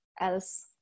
else